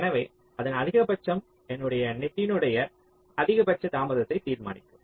எனவே அதன் அதிகபட்சம் எனது நெட்டினுடைய அதிகபட்ச தாமதத்தை தீர்மானிக்கும்